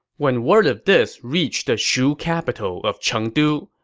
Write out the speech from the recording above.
when word of this reached the shu capital of chengdu,